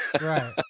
Right